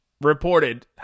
reported